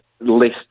list